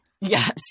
Yes